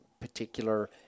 particular